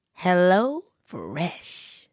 HelloFresh